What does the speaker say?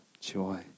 joy